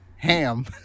Ham